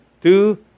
two